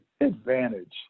advantage